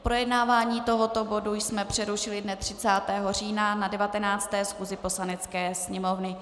Projednávání tohoto bodu jsme přerušili dne 30. října na 19. schůzi Poslanecké sněmovny.